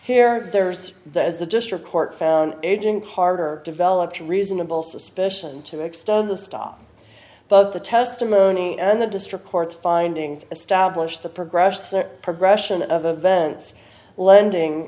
here there's the as the district court found aging harder develop reasonable suspicion to extend the stop but the testimony and the district court's findings establish the progress the progression of events lending